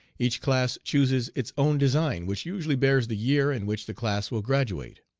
each class chooses its own design, which usually bears the year in which the class will graduate.